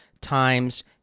times